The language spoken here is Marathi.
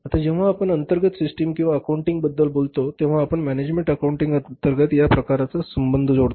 आता जेव्हा आपण अंतर्गत सिस्टीम किंवा अकाउंटिंग बद्दल बोलतो तेव्हा आपण मॅनेजमेंट अकाउंटिंग अंतर्गत या प्रकारचा संबंध जोडतो